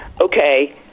Okay